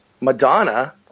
Madonna